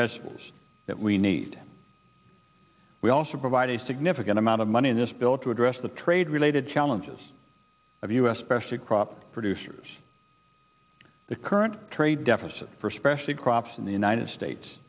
vegetables that we need we also provide a significant amount of money in this bill to address the trade related challenges of u s special crop producers the current trade deficit for especially crops in the united states